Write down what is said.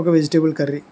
ఒక vegetable curry